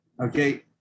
okay